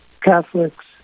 Catholics